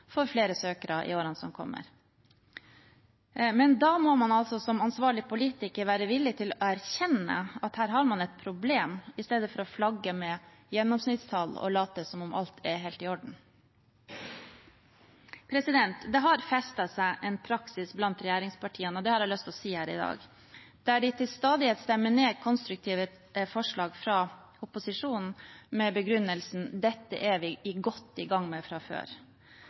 får flere søkere i årene som kommer. Men da må man som ansvarlig politiker være villig til å erkjenne at her har man et problem, i stedet for å flagge med gjennomsnittstall og late som om alt er helt i orden. Det har festet seg en praksis blant regjeringspartiene – og det har jeg lyst til å si her i dag – der de til stadighet stemmer ned konstruktive forslag fra opposisjonen med begrunnelsen: Dette er vi godt i gang med fra før.